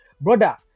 brother